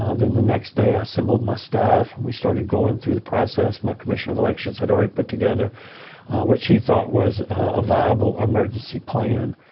ah then the next day i assembled my staff and we started going through the process. my commissioner of elections had already put together what she thought was a viable emergency plan.